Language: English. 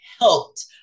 helped